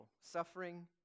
Suffering